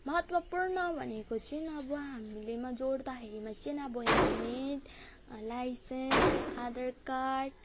महत्त्वपूर्ण भनेको चाहिँ अब हामीलेमा बोक्दाखेरिमा चाहिँ अब हेलमेट लाइसेन्स आधार कार्ड